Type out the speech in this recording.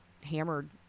hammered